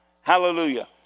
Hallelujah